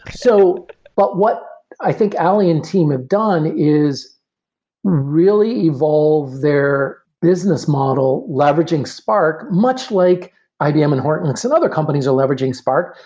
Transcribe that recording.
so but what i think ali and team have done is really evolved their business model leveraging spark, much like ibm and hortonworks, and other companies are leveraging spark,